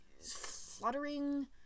fluttering